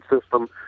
system